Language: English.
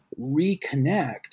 reconnect